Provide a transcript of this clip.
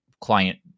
client